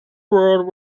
world